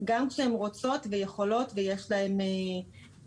גם כשהן רוצות ויכולות ויש להן מכסות.